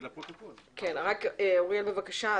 בבקשה.